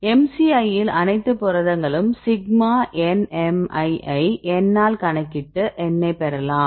MCI இல் அனைத்து புரதங்களுக்கும் சிக்மா nmi ஐ n ஆல் கணக்கிட்டு எண்ணைப் பெறலாம்